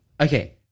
Okay